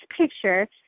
picture